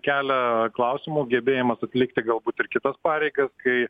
kelia klausimų gebėjimas atlikti galbūt ir kitas pareigas kai